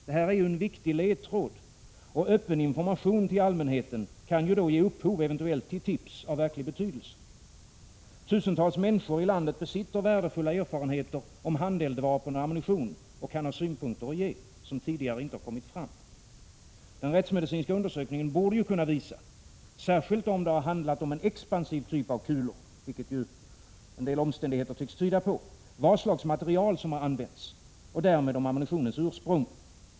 Det är ju en viktig ledtråd, och öppen information till allmänheten kan eventuellt ge upphov till tips av verklig betydelse. Tusentals människor i landet besitter värdefull erfarenhet om handeldvapen och ammunition och kan ha synpunkter att ge som tidigare inte kommit fram. Den rättsmedicinska undersökningen borde ju kunna visa — särskilt om det handlat om en expansiv typ av kulor, vilket ju en del omständigheter tycks tyda på — vad för slags material som använts och därmed om ammunitionens ursprung.